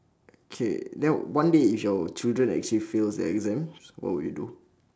okay then one day if your children actually fails their exams what will you do